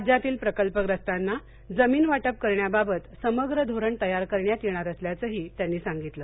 राज्यातील प्रकल्पग्रस्तांना जमीन वाटप करण्याबाबत समग्र धोरण तयार करण्यात येणार असल्याचंही त्यांनी सांगितलं